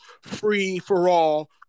free-for-all